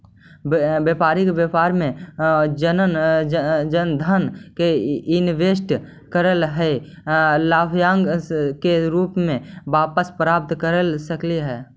व्यापारी व्यापार में जउन धन के इनवेस्ट करऽ हई उ लाभांश के रूप में वापस प्राप्त कर सकऽ हई